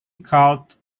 cult